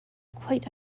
quite